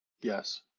Yes